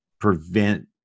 prevent